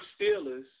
Steelers